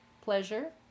pleasure